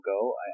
go